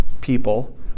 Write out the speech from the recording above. people